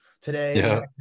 today